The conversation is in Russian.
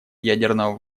ядерного